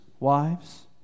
Wives